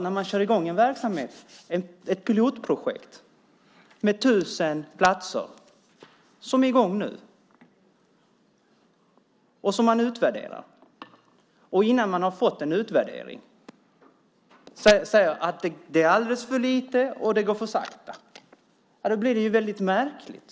När man kör i gång en verksamhet, ett pilotprojekt, med tusen platser som det som nu är i gång och som utvärderas och man innan man fått utvärderingen säger att det är alldeles för lite och att det går för sakta, då blir det väldigt märkligt.